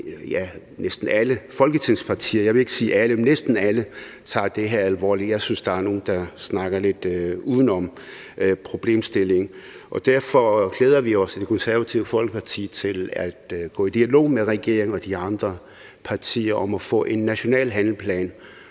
næsten alle – tager det her alvorligt. Jeg synes, at der er nogle, der snakker lidt uden om problemstillingen. Derfor glæder vi os i Det Konservative Folkeparti til at gå i dialog med regeringen og de andre partier om at få en national handleplan